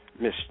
Miss